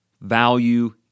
value